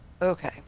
Okay